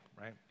right